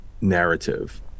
narrative